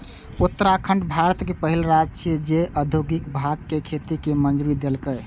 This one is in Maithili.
उत्तराखंड भारतक पहिल राज्य छियै, जे औद्योगिक भांग के खेती के मंजूरी देलकै